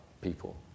people